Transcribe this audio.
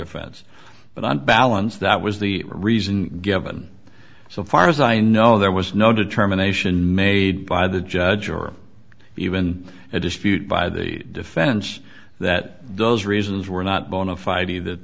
offense but on balance that was the reason given so far as i know there was no determination made by the judge or even a dispute by the defense that those reasons were not bona fide he that